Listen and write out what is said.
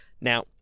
Now